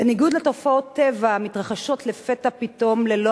בניגוד לתופעות טבע המתרחשות לפתע פתאום ללא